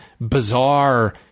bizarre